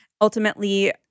Ultimately